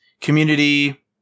Community